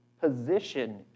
position